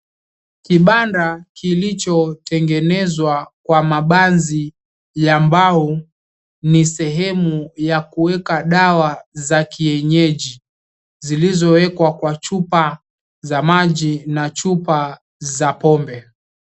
Kibanda kilichotengenezwa kwa mabanzi ya mbao, ni sehemu za kuweka dawa za kienyeji zilizowekwa kwa chupa ya maji na chupa za pombe.